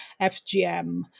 FGM